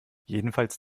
jedenfalls